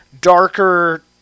darker